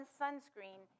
sunscreen